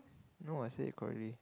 no I said it correctly